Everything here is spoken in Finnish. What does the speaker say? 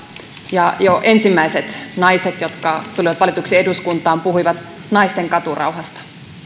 ja jo ensimmäiset naiset jotka tulivat valituksi eduskuntaan puhuivat naisten katurauhasta